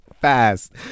fast